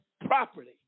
property